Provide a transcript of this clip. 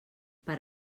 per